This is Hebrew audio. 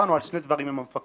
דיברנו על שני דברים עם המפקחת,